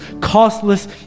costless